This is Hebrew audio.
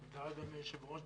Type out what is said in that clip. תודה אדוני היושב ראש.